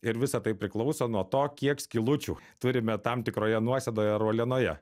ir visa tai priklauso nuo to kiek skylučių turime tam tikroje nuosėdoje ar uolienoje